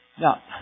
Now